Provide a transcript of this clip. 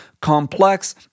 complex